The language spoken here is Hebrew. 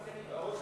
נכון.